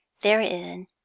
Therein